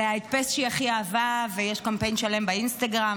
זה ההדפס שהיא הכי אהבה ויש קמפיין שלם באינסטגרם,